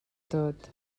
tot